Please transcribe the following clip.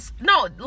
No